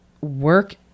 work